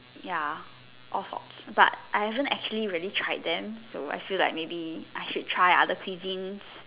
ya all forks but I haven't actually really tried them so I feel like maybe I should try other cuisines